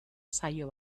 saio